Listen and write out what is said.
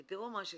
כי תראו מה שקורה,